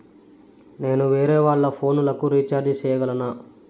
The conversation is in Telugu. నేను వేరేవాళ్ల ఫోను లకు రీచార్జి సేయగలనా?